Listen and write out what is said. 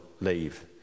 leave